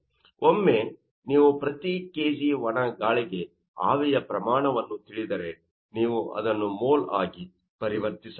ಆದ್ದರಿಂದ ಒಮ್ಮೆ ನೀವು ಪ್ರತಿ ಕೆಜಿ ಒಣ ಗಾಳಿಗೆ ಆವಿಯ ಪ್ರಮಾಣವನ್ನು ತಿಳಿದರೆ ನೀವು ಅದನ್ನು ಮೋಲ್ ಆಗಿ ಪರಿವರ್ತಿಸಬೇಕು